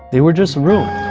they were just ruined.